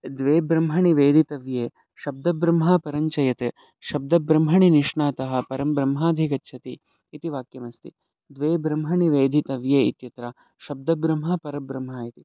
द्वे ब्रह्मणि वेदितव्ये शब्दब्रह्म परं शेते शब्दब्रह्मणे निष्णातः परम्ब्रह्माधिगच्छति इति वाक्यमस्ति द्वे ब्रह्मणि वेदितव्ये इत्यत्र शब्दब्रह्म परब्रह्म इति